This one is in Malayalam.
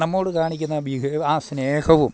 നമ്മോട് കാണിക്കുന്ന ബിഹേവ് ആ സ്നേഹവും